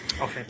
Okay